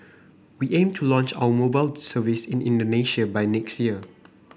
we aim to launch our mobile service in Indonesia by next year